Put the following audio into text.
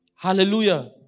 Hallelujah